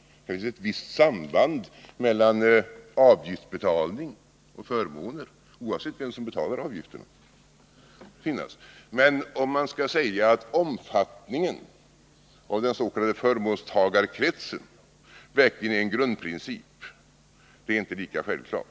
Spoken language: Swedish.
Det finns ett visst samband mellan avgiftsbetalning och förmåner, oavsett vem som betalar avgifterna. Men om man skall säga att omfattningen av den s.k. förmånstagarkretsen verkligen är en grundprincip är det inte lika självklart.